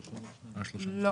לא.